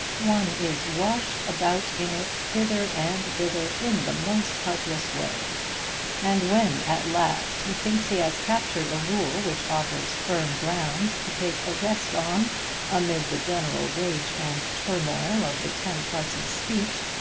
one is washed about in it, hither and thither, in the most helpless way and when at last he thinks he has captured a rule which offers firm ground to take a rest on amid the general rage and turmoil of the ten parts of speech,